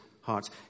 hearts